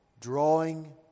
drawing